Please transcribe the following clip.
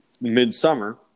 midsummer